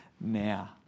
now